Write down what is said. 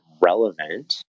relevant